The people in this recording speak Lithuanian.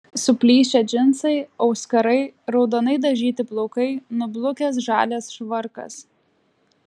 suplyšę džinsai auskarai raudonai dažyti plaukai nublukęs žalias švarkas